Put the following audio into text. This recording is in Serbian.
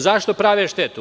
Zašto prave štetu?